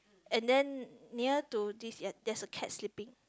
and then near to this there is a cat sleeping